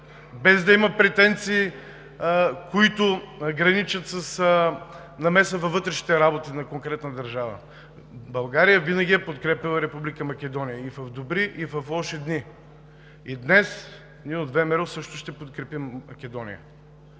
без да има претенции, които граничат с намеса във вътрешните работи на конкретна държава. България винаги е подкрепяла Република Македония – и в добри, и в лоши дни. И днес ние от ВМРО също ще подкрепим Република